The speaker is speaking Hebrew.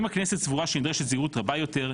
אם הכנסת סבורה שנדרשת זהירות רבה יותר,